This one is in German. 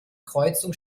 kreuzung